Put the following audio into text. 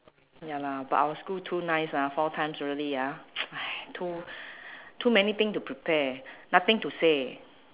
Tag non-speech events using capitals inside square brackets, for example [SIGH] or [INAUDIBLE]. ya lah but our school too nice ah four times really ah [NOISE] !hais! too too many thing to prepare nothing to say